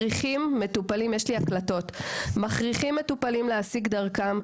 יש לי הקלטות; הם מכריחים מטופלים להעסיק דרכם.